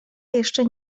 jeszcze